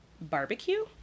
barbecue